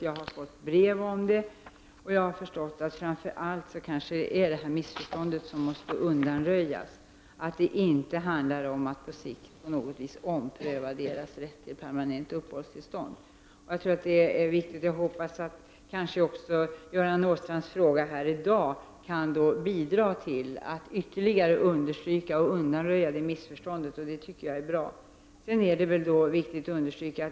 Jag har fått brev och jag har förstått att det kanske framför allt är detta missförstånd som måste undanröjas, att det inte handlar om att på sikt på något vis ompröva denna grupps rätt till permanent uppehållstillstånd. Jag tror att detta är viktigt att slå fast. Kanske kan också Göran Åstrands fråga här i dag bidra till att ytterligare understryka hur det förhåller sig och undanröja missförståndet. Det tycker jag i så fall är bra.